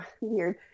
weird